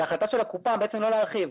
זאת החלטה של הקופה בעצם לא להרחיב,